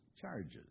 charges